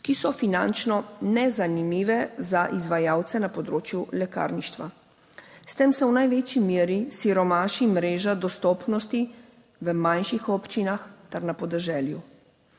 ki so finančno nezanimive za izvajalce na področju lekarništva. S tem se v največji meri siromaši mreža dostopnosti v manjših občinah ter na podeželju.